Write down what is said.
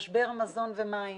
משבר מזון ומים,